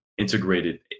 integrated